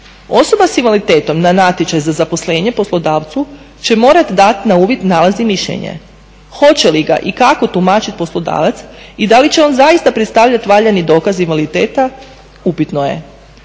Osoba sa invaliditetom na natječaj za zaposlenje poslodavcu će morati dati na uvid nalaz i mišljenje. Hoće li ga i kako tumačiti poslodavac i da li će on zaista predstavljati valjani dokaz invaliditeta upitno je.